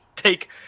take